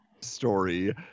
story